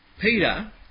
Peter